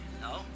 No